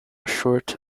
short